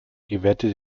gewährte